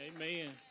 amen